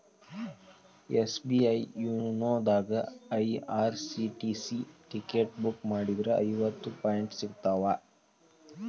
SBI YONO ದಾಗಾ IRCTC ticket book ಮಾಡಿದ್ರ ಐವತ್ತು ಪಾಯಿಂಟ್ ಸಿಗ್ತಾವ